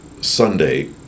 Sunday